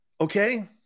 Okay